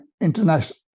international